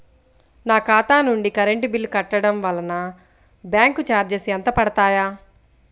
నా ఖాతా నుండి కరెంట్ బిల్ కట్టడం వలన బ్యాంకు చార్జెస్ ఎంత పడతాయా?